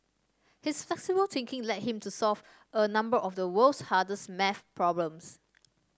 his flexible thinking led him to solve a number of the world's hardest maths problems